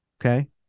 Okay